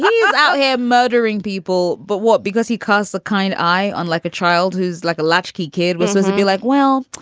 um yeah out out here murdering people? but what? because he caused the kind. i, unlike a child who's like a latchkey kid, was supposed to be like, well,